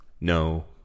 No